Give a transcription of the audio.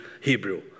Hebrew